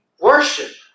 worship